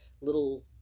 little